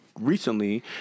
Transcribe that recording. recently